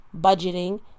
budgeting